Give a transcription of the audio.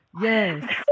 yes